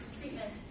treatment